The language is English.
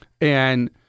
And-